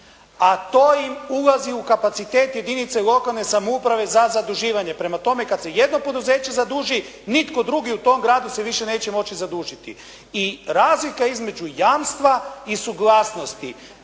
a to im ulazi u kapacitet jedinice lokalne samouprave za zaduživanje. Prema tome kad se jedno poduzeće zaduži nitko drugi u tom gradu se više neće moći zadužiti. I razlika između jamstva i suglasnosti.